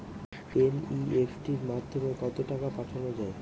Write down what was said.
NEFT মাধ্যমে কত টাকা পাঠানো যায়?